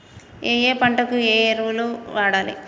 ఏయే పంటకు ఏ ఎరువులు వాడాలి?